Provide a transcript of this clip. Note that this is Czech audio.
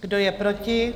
Kdo je proti?